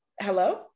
hello